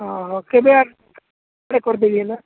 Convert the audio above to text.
ହଁ ହଁ କେବେ କରିଦେବି ହେଲା